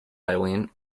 eileen